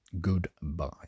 goodbye